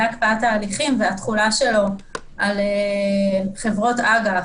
הקפאת ההליכים והתחולה שלו על חברות אג"ח,